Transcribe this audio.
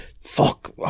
fuck